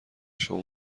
شما